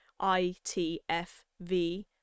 itfv